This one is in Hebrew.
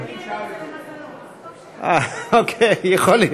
אדוני היושב-ראש, זה למזלו, וטוב שכך.